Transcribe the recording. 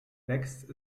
wächst